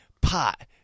Pot